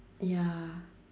ya